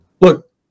look